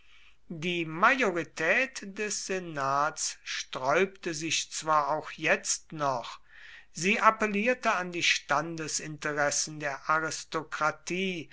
die majorität des senats sträubte sich zwar auch jetzt noch sie appellierte an die standesinteressen der aristokratie